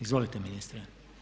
Izvolite ministre.